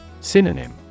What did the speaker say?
Synonym